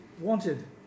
wanted